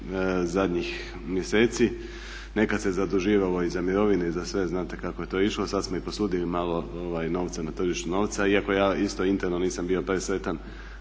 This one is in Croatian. zadnjih mjeseci. Nekad se zaduživalo i za mirovine i za sve, znate kako je to išlo, sad smo i posudili malo novca na tržištu novca iako ja isto interno nisam bio presretan,